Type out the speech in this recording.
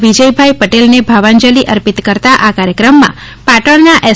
વિજયભાઇ પટેલને ભાવાંજલિ અર્પિત કરતા આ કાર્યક્રમમાં પાટણના એસ